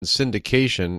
syndication